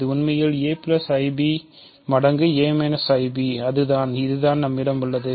இது உண்மையில் a i b மடங்கு a ib தான் அதுதான் நம்மிடம் உள்ளது